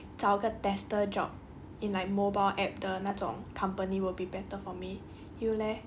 找个 tester job in like mobile app 的那种 company will be better for me you leh